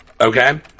Okay